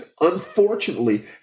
unfortunately